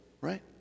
right